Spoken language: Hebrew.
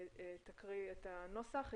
שתקריא את הנוסח.